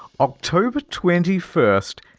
october twenty first,